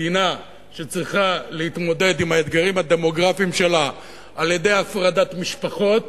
מדינה שצריכה להתמודד עם האתגרים הדמוגרפיים שלה על-ידי הפרדת משפחות